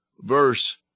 verse